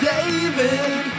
David